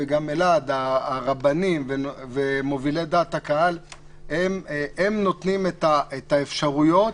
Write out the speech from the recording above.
וגם באלעד הרבנים ומובילי דעת הקהל הם נותנים את האפשרויות